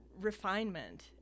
refinement